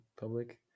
public